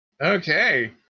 Okay